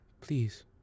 please